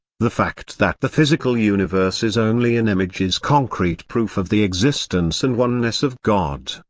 the fact that the physical universe is only an image is concrete proof of the existence and oneness of god.